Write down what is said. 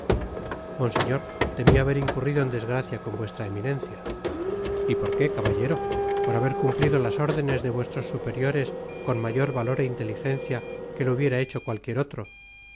monseñor temia haber incurrido en desgracia con vuestra eminencia y por qué caballero por haber cumplido las órdenes de vuestros superiores con mayor valor é inteligencia que lo hubiera hecho cualquier otro